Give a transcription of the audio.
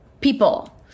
people